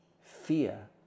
Fear